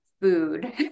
food